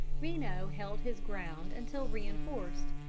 reno held his ground until reinforced,